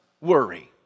worry